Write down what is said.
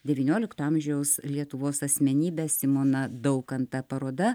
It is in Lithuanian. deviniolikto amžiaus lietuvos asmenybę simoną daukantą paroda